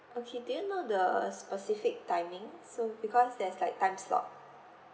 okay do you know the specific timing so because there's like time slot